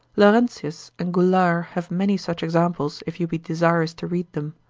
laurentius and goulart have many such examples, if you be desirous to read them.